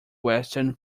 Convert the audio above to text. western